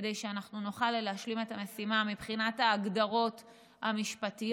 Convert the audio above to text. כדי שאנחנו נוכל להשלים את המשימה מבחינת ההגדרות המשפטיות,